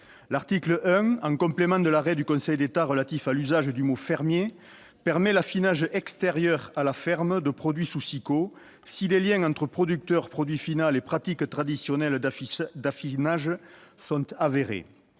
L'article 1, en complément de l'arrêt du Conseil d'État relatif à l'usage du mot « fermier », permet l'affinage extérieur à la ferme de produits sous SIQO si les liens entre les producteurs, le produit final et les pratiques traditionnelles d'affinage sont avérés.